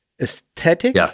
aesthetic